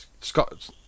Scott